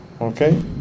Okay